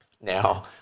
Now